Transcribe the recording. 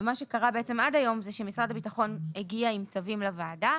מה שקרה עד היום זה שמשרד הביטחון הגיע עם צווים לוועדה,